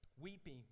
Weeping